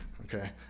okay